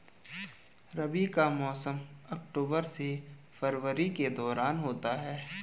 रबी का मौसम अक्टूबर से फरवरी के दौरान होता है